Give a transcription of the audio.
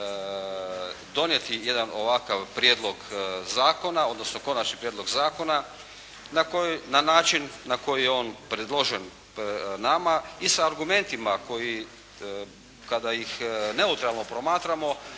donijeti jedan ovakav prijedlog zakona odnosno konačni prijedlog zakona na način na koji je on predložen nama i sa argumentima koji kada ih neutralno promatramo